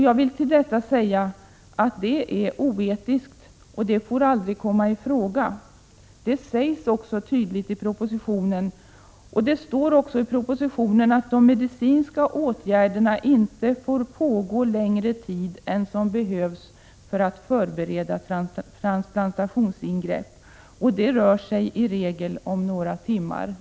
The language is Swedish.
Jag vill då säga att det är oetiskt och aldrig får komma i fråga. Detta sägs också tydligt i propositionen. Det står också i propositionen att de medicinska åtgärderna inte får pågå längre tid än vad som behövs för att förbereda transplantationsingrepp. Det rör sig i regel om några timmar.